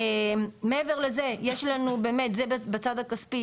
זה בצד הכספי.